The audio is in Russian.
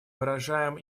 выражаем